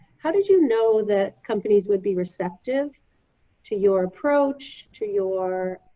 how did you know that companies would be receptive to your approach, to your